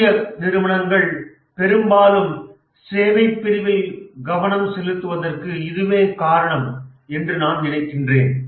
இந்திய நிறுவனங்கள் பெரும்பாலும் சேவைப் பிரிவில் கவனம் செலுத்துவதற்கு இதுவே காரணம் என்று நான் நினைக்கிறேன்